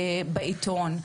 בעיתון,